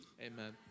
Amen